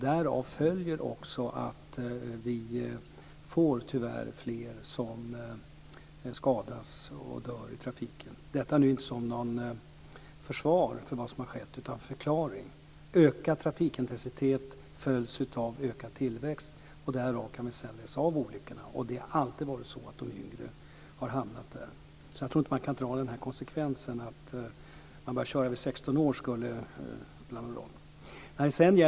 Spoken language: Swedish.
Därav följer också att vi tyvärr får fler som skadas och dör i trafiken. Detta är nu inget försvar för vad som har skett utan en förklaring. Ökad trafikintensitet följs av ökad tillväxt. Sedan kan vi läsa av olyckorna, och det har alltid varit så att de yngre har hamnat i topp. Jag tror alltså inte att det går att dra konsekvensen att det skulle spela någon roll om man börjar köra vid 16 år.